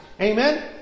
Amen